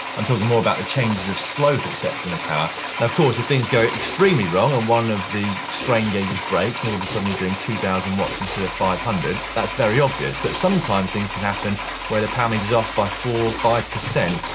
i'm talking more about the changes of slope et cetera and to power. now and of course if things go extremely wrong and one of the strain gauges breaks and all of a sudden you're doing two thousand watts instead of five hundred, that's very obvious, but sometimes things can happen where the power meter's off by four, five percent,